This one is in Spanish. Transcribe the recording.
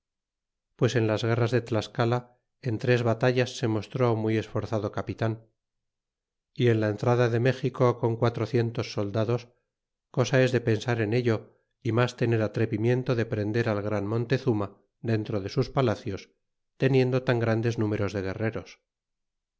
pues en las guerras de t'escala en tres batallas se mostró muy esfórzado capitan yen la entrada de mexico con quatrocientos soldados cosa es de pensar en ello y mas tener atrevimiento de prender al gran montezuma dentro de sus palacios teniendo tan grandes números de guerreros